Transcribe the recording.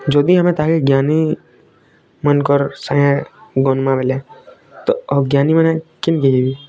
ଯଦି ଆମେ ତାହାଲେ ଜ୍ଞାନୀମାନଙ୍କର ସାଙ୍ଗେ ଗଣବା ବେଲେ ତ ଅଜ୍ଞାନୀମାନେ କେମିକି ଯିବେ